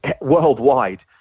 worldwide